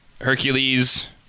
Hercules